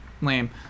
lame